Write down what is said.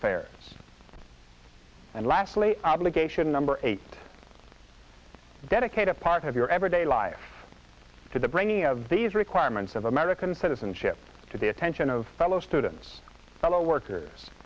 affairs and lastly obligation number eight dedicate a part of your everyday life to the bringing of these requirements of american citizenship to the attention of fellow students fellow workers